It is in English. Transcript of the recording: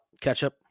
ketchup